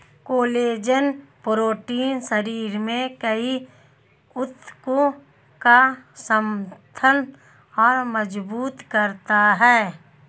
collagen protein शरीर में कई ऊतकों का समर्थन और मजबूत करता है